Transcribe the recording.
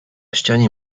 ścianie